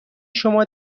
شما